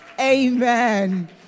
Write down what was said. Amen